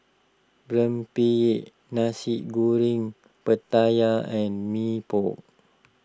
Rempeyek Nasi Goreng Pattaya and Mee Pok